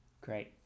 Great